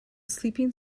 sleeping